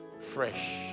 fresh